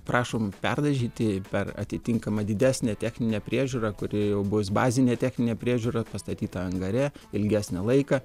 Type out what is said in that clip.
prašom perdažyti per atitinkamą didesnę techninę priežiūrą kuri jau bus bazinė techninė priežiūra pastatyta angare ilgesnį laiką